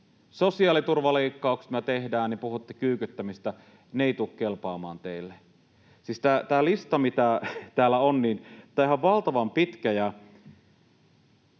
sosiaaliturvaleikkaukset, niin puhutte kyykyttämisestä, ne eivät tule kelpaamaan teille. Siis tämä listahan näistä, mitä täällä on, on valtavan pitkä.